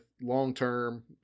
long-term